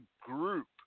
group